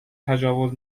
تجاوز